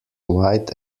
wide